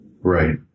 Right